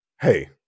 hey